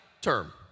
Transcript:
term